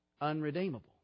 unredeemable